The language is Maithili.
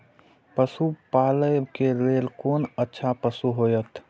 पशु पालै के लेल कोन अच्छा पशु होयत?